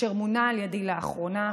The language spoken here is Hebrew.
שמונה על ידי לאחרונה,